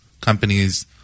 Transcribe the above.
companies